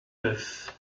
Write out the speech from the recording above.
neuf